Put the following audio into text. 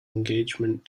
engagement